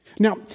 Now